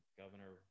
governor